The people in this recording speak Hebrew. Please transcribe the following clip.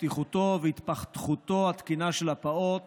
בטיחותו והתפתחותו התקינה של הפעוט